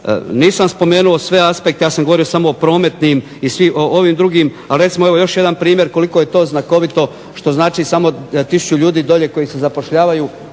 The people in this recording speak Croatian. nisam spomenuo sve aspekte, ja sam govorio samo o prometnim i ovim drugim. Ali recimo evo još jedan primjer koliko je to znakovito što znači samo da tisuću ljudi dolje koji se zapošljavaju